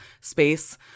space